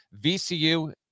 VCU –